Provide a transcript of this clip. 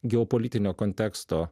geopolitinio konteksto